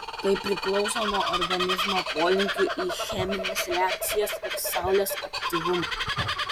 tai priklauso nuo organizmo polinkio į chemines reakcijas ir saulės aktyvumo